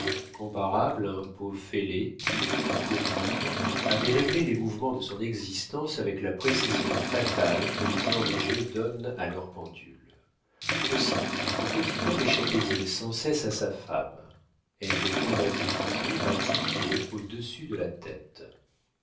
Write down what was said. comparable à un pot fêlé qui pour vivre avait réglé les mouvements de son existence avec la précision fatale que les horlogers donnent à leurs pendules aussi le petit homme échappait il sans cesse à sa femme elle le combattait toujours à dix pieds au-dessus de la tête